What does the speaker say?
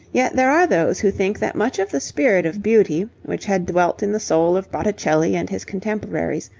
yet there are those who think that much of the spirit of beauty, which had dwelt in the soul of botticelli and his contemporaries,